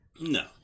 No